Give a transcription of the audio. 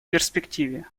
перспективе